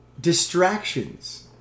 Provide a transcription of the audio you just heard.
distractions